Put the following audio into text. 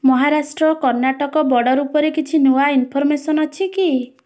Maharashtra Karnataka border ଉପରେ କିଛି ନୂଆ ଇନ୍ଫର୍ମେସନ୍ ଅଛି କି